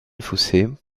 fossey